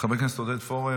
חבר כנסת עודד פורר,